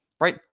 right